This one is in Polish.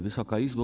Wysoka Izbo!